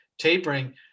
tapering